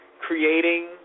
Creating